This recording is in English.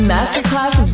Masterclass